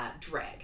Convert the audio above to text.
drag